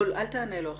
אל תענה לו עכשיו.